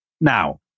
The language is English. Now